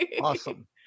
awesome